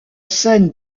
scène